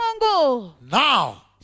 Now